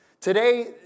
Today